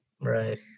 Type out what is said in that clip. Right